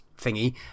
thingy